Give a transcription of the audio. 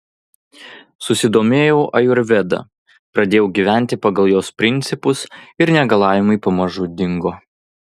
susidomėjau ajurveda pradėjau gyventi pagal jos principus ir negalavimai pamažu dingo